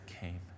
came